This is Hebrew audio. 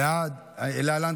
רון, הלשכה המשפטית אמרה.